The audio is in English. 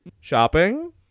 Shopping